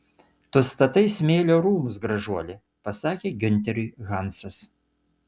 tu statai smėlio rūmus gražuoli pasakė giunteriui hansas